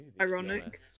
ironic